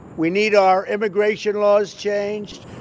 we need our immigration laws changed.